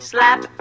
Slap